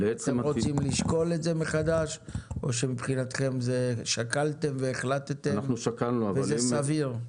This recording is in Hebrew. אתם רוצים לשקול את זה מחדש או שמבחינתכם שקלתם והחלטתם וזה סביר?